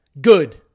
good